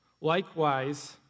Likewise